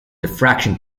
diffraction